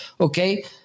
Okay